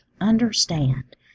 understand